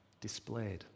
displayed